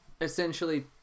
essentially